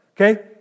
okay